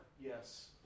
yes